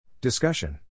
Discussion